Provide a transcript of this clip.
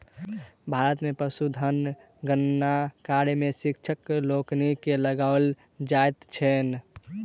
भारत मे पशुधन गणना कार्य मे शिक्षक लोकनि के लगाओल जाइत छैन